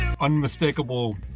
unmistakable